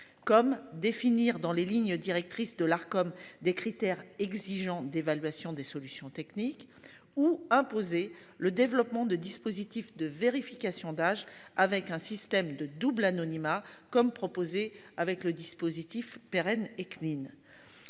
comme définir dans les lignes directrices de l'Arcom des critères exigeants d'évaluation des solutions techniques ou imposer le développement de dispositifs de vérification d'âge avec un système de double anonymat comme proposé avec le dispositif pérenne et Knin.